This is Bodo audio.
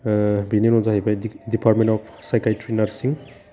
बिनि उनाव जाहैबाय de department of psychiatry nursing